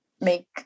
make